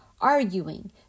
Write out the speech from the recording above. arguing